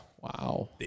wow